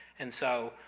and so,